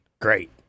Great